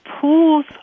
pools